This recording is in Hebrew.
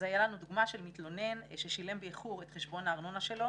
היה לנו מתלונן ששילם באיחור את חשבון הארנונה שלו